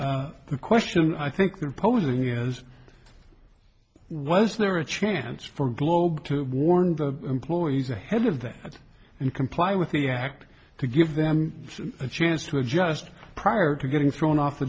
the question i think they're posing is was there a chance for globe to warn the employees ahead of that and comply with the act to give them a chance to adjust prior to getting thrown off the